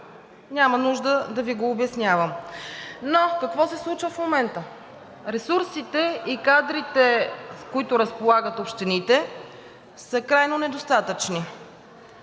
Няма нужда да Ви го обяснявам. Но какво се случва в момента? Ресурсите и кадрите, с които разполагат общините, са крайно недостатъчни.